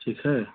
ठीक है